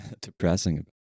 depressing